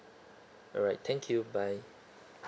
alright thank you bye